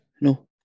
no